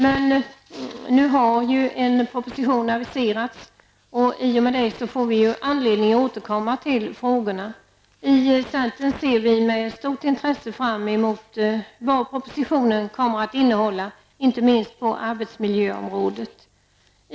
Men nu har ju en proposition aviserats och i och med det får vi anledning att återkomma till frågorna. I centerns er vi med stort intresse fram emot vad propositionen kommer att innehålla, inte minst på arbetsmiljöområdet.